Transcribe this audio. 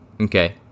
Okay